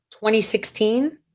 2016